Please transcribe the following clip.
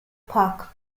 park